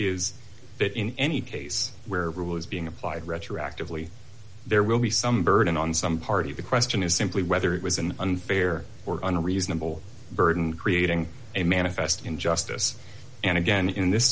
is that in any case where rule is being applied retroactively there will be some burden on some party the question is simply whether it was an unfair or unreasonable burden creating a manifest in justice and again in this